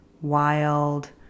wild